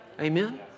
Amen